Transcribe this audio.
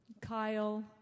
Kyle